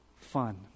fun